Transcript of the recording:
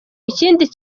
ikindi